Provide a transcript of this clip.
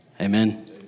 amen